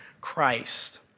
Christ